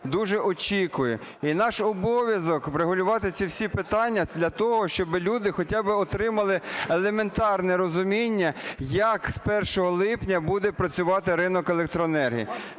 дуже очікує. І наш обов'язок - врегулювати ці всі питання для того, щоби люди хотя би отримали елементарне розуміння як з 1 липня буде працювати ринок електроенергії.